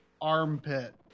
armpit